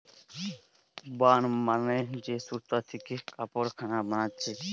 burn মানে যে সুতা থিকে কাপড়ের খান বানাচ্ছে